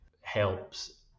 helps